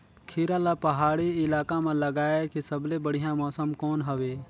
खीरा ला पहाड़ी इलाका मां लगाय के सबले बढ़िया मौसम कोन हवे?